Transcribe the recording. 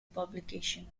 publication